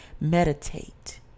meditate